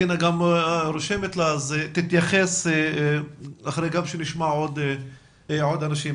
ודינה גם רושמת לה והיא תתייחס לאחר שנשמע אנשים נוספים.